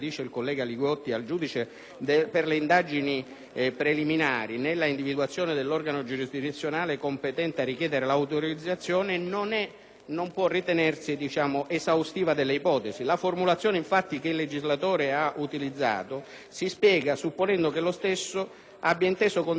preliminari nella individuazione dell'organo giurisdizionale competente a richiedere l'autorizzazione, non è e non può ritenersi esaustivo delle ipotesi; infatti, la formulazione che il legislatore ha utilizzato si spiega supponendo che lo stesso abbia inteso considerare espressamente la situazione di fatto più frequente,